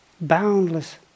boundless